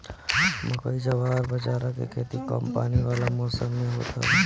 मकई, जवार बजारा के खेती कम पानी वाला मौसम में होत हवे